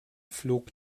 flog